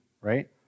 right